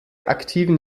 aktiven